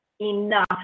enough